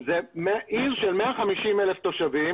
זה בידיים שלהם כי אין להם תקן מחייב.